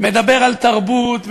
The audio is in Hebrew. מדבר על תרבות,